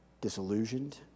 disillusioned